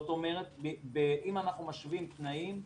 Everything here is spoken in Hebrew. אם אנחנו משווים תנאים,